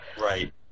Right